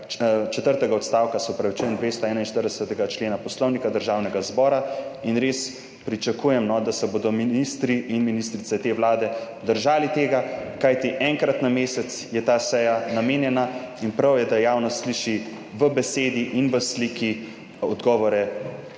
četrtega odstavka 241. člena Poslovnika Državnega zbora, in res pričakujem, da se bodo ministri in ministrice te vlade držali tega. Kajti enkrat na mesec je ta seja temu namenjena in prav je, da javnost sliši v besedi in v sliki odgovore